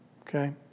Okay